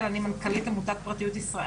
גם לאור הפגיעה בפרטיות,